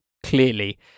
Clearly